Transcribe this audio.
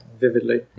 vividly